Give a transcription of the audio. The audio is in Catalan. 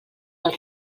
del